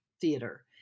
theater